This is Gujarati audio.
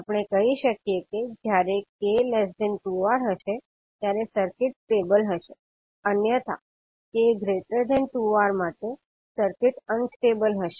આપણે કહી શકીએ કે જ્યારે 𝑘 2𝑅 હશે ત્યારે સર્કિટ સ્ટેબલ હશે અન્યથા 𝑘 2𝑅 માટે સર્કિટ અનસ્ટેબલ હશે